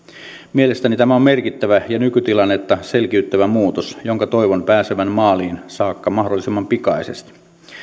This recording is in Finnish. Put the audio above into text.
mielestäni tämä on merkittävä ja nykytilannetta selkiyttävä muutos jonka toivon pääsevän maaliin saakka mahdollisimman pikaisesti